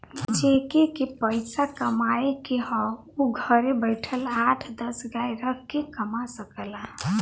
जेके के पइसा कमाए के हौ उ घरे बइठल आठ दस गाय रख के कमा सकला